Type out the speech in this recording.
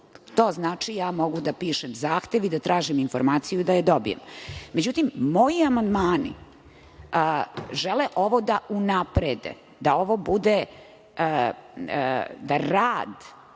To znači - ja mogu da pišem zahtev i da tražim informaciju i da je dobijem.Međutim, moji amandmani žele ovo da unaprede, da ovo bude, da